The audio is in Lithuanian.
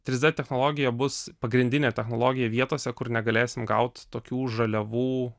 trys d technologija bus pagrindinė technologija vietose kur negalėsim gaut tokių žaliavų